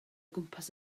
gwmpas